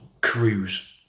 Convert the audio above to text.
cruise